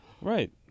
Right